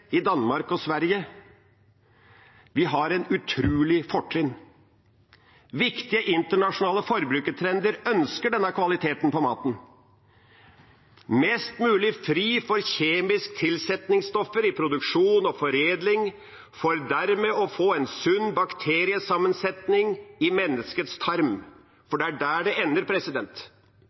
i Danmark og i Sverige. Vi har et utrolig fortrinn. Viktige internasjonale forbrukertrender ønsker denne kvaliteten på maten, mest mulig fri for kjemiske tilsetningsstoffer i produksjon og foredling, for dermed å få en sunn bakteriesammensetning i menneskets tarm, for det er der det